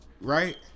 right